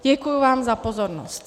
Děkuji vám za pozornost.